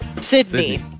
Sydney